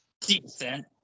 Decent